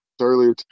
earlier